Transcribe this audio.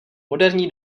moderní